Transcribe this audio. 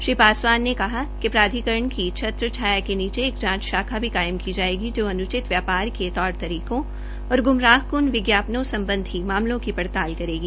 श्री पासवान ने कहा कि प्राधिकरण की छत्र छाया के नीचे एक जांच शाखा भी कायम की जायेगी जो अन्रचित व्यापार के तौर तरीकों और गुमराहकुन विज्ञापनों सम्बधी मामलों की पड़ताल करेगी